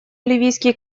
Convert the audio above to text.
ливийский